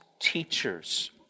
teachers